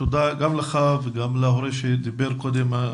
תודה גם לך וגם להורה דיבר קודם,